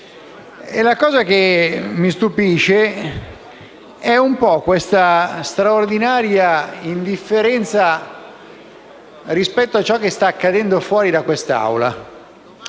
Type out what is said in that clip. la cosa che ci stupisce è la straordinaria indifferenza rispetto a quanto sta accadendo fuori da quest'Aula.